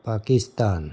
Pakistan